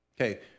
okay